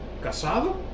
Casado